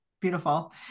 Beautiful